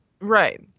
right